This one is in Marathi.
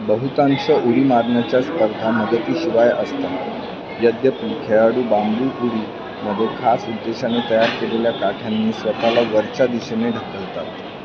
बहुतांश उडी मारण्याच्या स्पर्धा मदतीशिवाय असतात यद्यपि खेळाडू बांबू उडीमध्ये खास उद्देशाने तयार केलेल्या काठ्यांनी स्वतःला वरच्या दिशेने ढकलतात